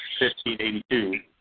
1582